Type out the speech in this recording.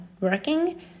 working